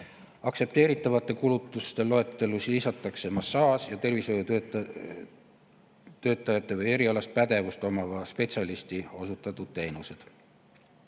Aktsepteeritavate kulutuste loetellu lisatakse massaaž ning tervishoiutöötaja ja erialast pädevust omava spetsialisti osutatud teenused.